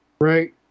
right